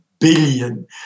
billion